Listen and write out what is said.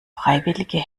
freiwillige